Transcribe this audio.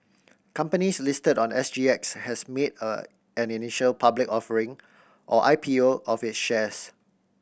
companies listed on S G X has made a an initial public offering or I P O of its shares